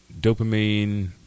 dopamine